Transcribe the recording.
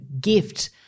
gift